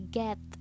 get